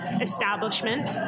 establishment